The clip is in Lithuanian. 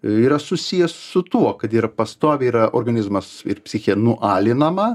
yra susijęs su tuo kad yra pastoviai yra organizmas ir psichė nualinama